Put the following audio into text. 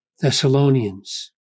Thessalonians